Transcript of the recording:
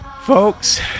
Folks